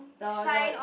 the the